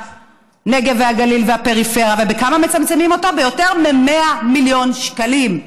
ואחר כך תגיד: למה הם נטפלים ומחפשים רווחה?